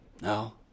No